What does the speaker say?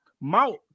Mount